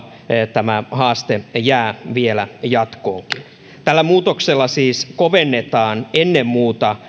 tämä haaste jää vielä jatkoonkin tällä muutoksella siis kovennetaan ennen muuta